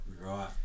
Right